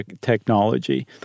Technology